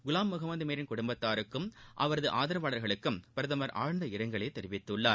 குலாம் முகமது மீரின் குடும்பத்தாருக்கும் அவரது ஆதரவாளர்களுக்கும் பிரதமர் ஆழ்ந்த இரங்கலை தெரிவித்துள்ளார்